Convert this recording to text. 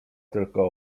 tylko